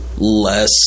Less